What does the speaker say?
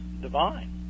divine